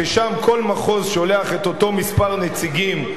שם כל מחוז שולח את אותו מספר נציגים,